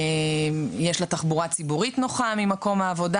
יש לה תחבורה ציבורית נוחה ממקום העבודה